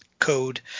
code